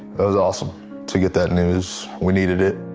it was awesome to get that news. we needed it.